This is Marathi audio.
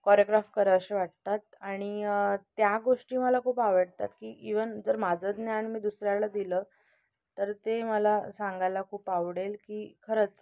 कोरिओग्राफ करावेसे वाटतात आणि त्या गोष्टी मला खूप आवडतात की इव्हन जर माझं ज्ञान मी दुसऱ्याला दिलं तर ते मला सांगायला खूप आवडेल की खरंच